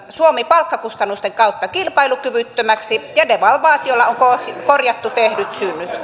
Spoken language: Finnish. suomi palkkakustannusten kautta kilpailukyvyttömäksi ja devalvaatiolla on korjattu tehdyt synnit